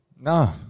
No